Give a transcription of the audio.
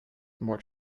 what